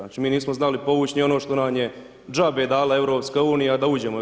Znači mi nismo znali povući ni ono što nam je džabe dala EU, da uđemo u EU.